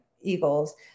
Eagles